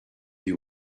you